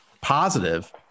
positive